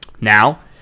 Now